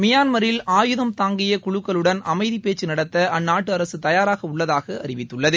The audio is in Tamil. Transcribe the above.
மியான்மில் ஆயுதம் தாங்கிய குழுக்களுடன் அமைதிப் பேச்சு நடத்த அந்நாட்டு அரசு தபாராக உள்ளதாக அறிவித்துள்ளது